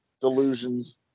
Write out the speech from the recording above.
Delusions